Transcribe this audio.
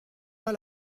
pas